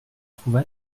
trouva